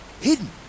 hidden